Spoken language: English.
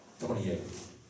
28